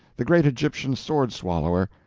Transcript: the great egyptian sword swallower,